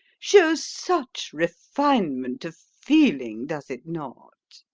shows such refinement of feeling, does it not?